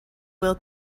will